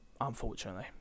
unfortunately